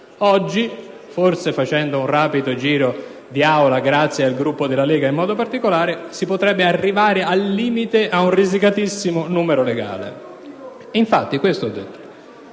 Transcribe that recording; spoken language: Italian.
Oggi, forse facendo un rapido giro di Aula, grazie al Gruppo della Lega in modo particolare, si potrebbe arrivare, al limite, ad un risicatissimo numero legale MONTI *(LNP)*. Noi